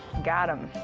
got him.